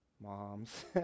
Moms